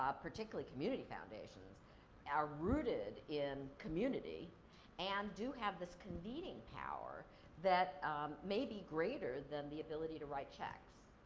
ah particularly community foundations are rooted in community and do have this convening power that may be greater than the ability to write checks.